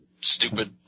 stupid